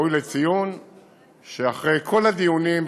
ראוי לציון שאחרי כל הדיונים,